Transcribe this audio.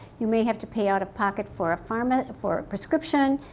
you may have to pay out of pocket for a pharma. for a prescription.